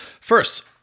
First